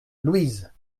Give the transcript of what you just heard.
louise